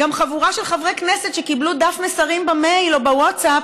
גם חבורה של חברי כנסת שקיבלו דף מסרים במייל או בווטסאפ